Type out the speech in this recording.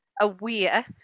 aware